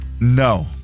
No